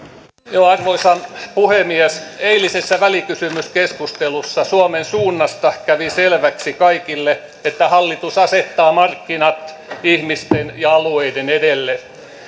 arvoisa puhemies eilisessä välikysymyskeskustelussa suomen suunnasta kävi selväksi kaikille että hallitus asettaa markkinat ihmisten ja alueiden edelle